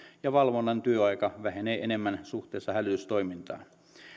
ja valvonnan työaika vähenee enemmän suhteessa hälytystoimintaan